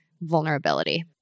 vulnerability